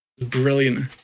Brilliant